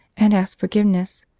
and ask forgiveness.